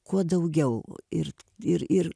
kuo daugiau ir ir ir